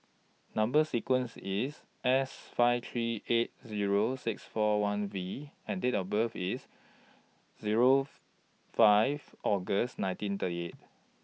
Number sequence IS S five three eight Zero six four one V and Date of birth IS Zero five August nineteen thirty eight